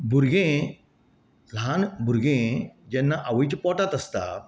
भुरगें ल्हान भुरगें जेन्ना आवयच्या पोटांत आसता